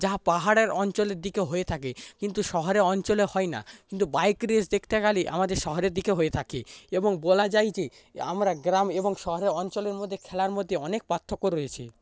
যা পাহাড়ের অঞ্চলের দিকে হয়ে থাকে কিন্তু শহরের অঞ্চলে হয়না কিন্তু বাইক রেস দেখতে গেলে আমাদের শহরের দিকে হয়ে থাকে এবং বলা যায় যে আমরা গ্রাম এবং শহরের অঞ্চলের মধ্যে খেলার মধ্যে অনেক পার্থক্য রয়েছে